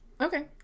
Okay